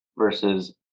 versus